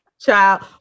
child